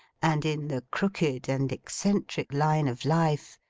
and in the crooked and eccentric line of life,